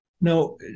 now